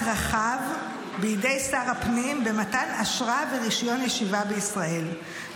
רחב בידי שר הפנים במתן אשרה ורישיון ישיבה בישראל,